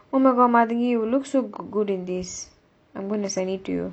oh my god mathangi you look so good in this I'm gonna send it to you